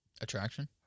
Attraction